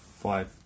five